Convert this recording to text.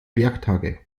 werktage